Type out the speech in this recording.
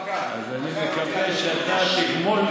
בוודאי שאתה תגמול